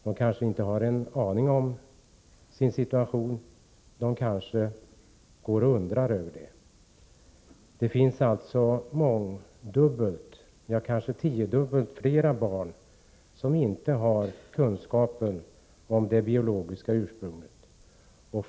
De kanske inte har en aning om sitt ursprung, eller de kanske går och undrar över det. Det finns alltså mångdubbelt — ja, kanske tiodubbelt — fler barn som inte har kunskap om sitt biologiska ursprung.